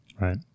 right